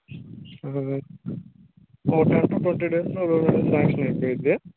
ఒక ten to twenty డేస్లో loan అనేది శాంక్షన్ అయిపోయిద్ది